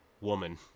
woman